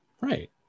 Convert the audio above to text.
right